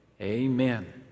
Amen